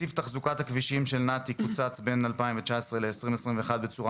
תקציב תחזוקת הכבישים של נת"י קוצץ בין 2019 ל-2021 בצורה